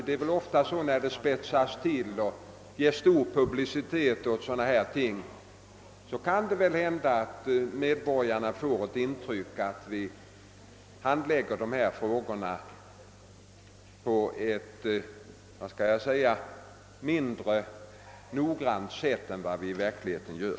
När frågorna spetsas till och får stor publicitet kan det nämligen hända att medborgarna får ett intryck av att vi handlägger ärendena mindre noggrant än vi i verkligheten gör.